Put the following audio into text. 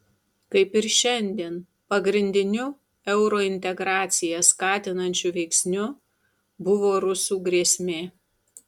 kaip ir šiandien pagrindiniu eurointegraciją skatinančiu veiksniu buvo rusų grėsmė